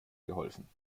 geholfen